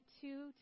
two